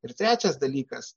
ir trečias dalykas